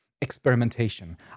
experimentation